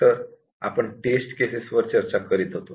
आपण test cases वर चर्चा करीत होतो